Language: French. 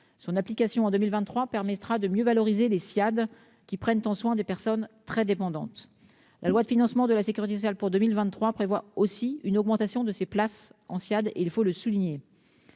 son application en 2023 permettra de mieux valoriser les Ssiad qui prennent en charge des personnes très dépendantes. La loi de financement de la sécurité sociale pour 2023 prévoit aussi une augmentation des places en Ssiad- il faut le souligner.